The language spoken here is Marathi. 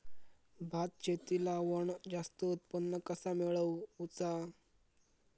भात शेती लावण जास्त उत्पन्न कसा मेळवचा?